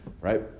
Right